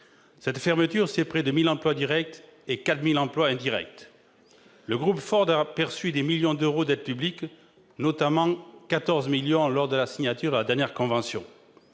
Cette fermeture concerne près de 1 000 emplois directs et 4 000 emplois indirects. Le groupe Ford a perçu des millions d'euros d'aides publiques, notamment 14 millions lors de la signature de la dernière convention.